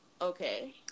Okay